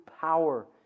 power